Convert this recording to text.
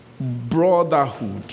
brotherhood